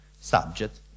subject